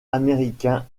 américains